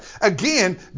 Again